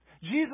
Jesus